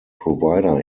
provider